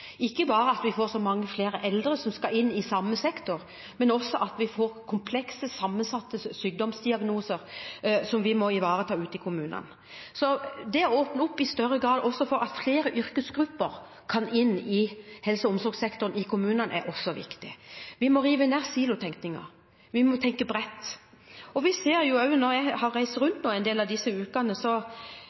ikke bare ved at vi får mange flere eldre som skal inn i samme sektor, men også ved at vi får komplekse, sammensatte sykdomsdiagnoser som vi må ivareta ute i kommunene. Så det å åpne opp i større grad for at flere yrkesgrupper kan inn i helse- og omsorgssektoren i kommunene, er også viktig. Vi må rive ned silotenkningen. Vi må tenke bredt. Jeg har reist rundt en del de siste ukene.